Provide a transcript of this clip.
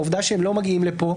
העובדה שהם לא מגיעים לפה,